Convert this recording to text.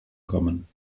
kommen